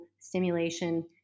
stimulation